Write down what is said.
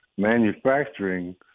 manufacturing